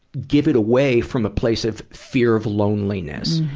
give it away from a place of fear of loneliness,